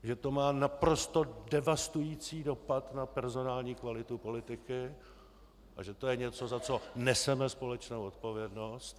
Že to má naprosto devastující dopad na personální kvalitu politiky a že to je něco, za co neseme společnou odpovědnost.